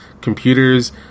computers